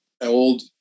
old